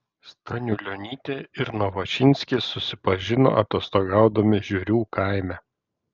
staniulionytė ir novošinskis susipažino atostogaudami žiurių kaime